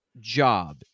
job